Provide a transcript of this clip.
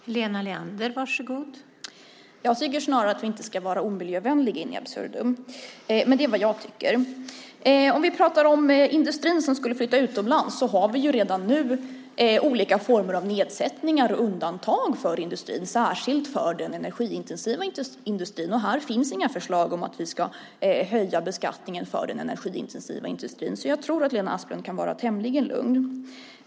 Fru talman! Jag tycker snarare att vi inte ska vara omiljövänliga in absurdum - men det är vad jag tycker. Om vi ska prata om industrin som skulle flytta utomlands så kan jag säga att vi ju redan nu har olika former av nedsättningar och undantag för industrin, särskilt för den energiintensiva industrin, och här finns inga förslag om att vi ska höja beskattningen för den energiintensiva industrin. Jag tror att Lena Asplund kan vara tämligen lugn.